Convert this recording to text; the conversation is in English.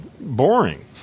boring